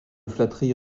flatterie